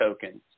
tokens